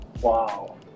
Wow